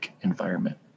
environment